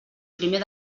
primer